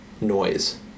noise